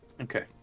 Okay